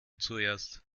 zuerst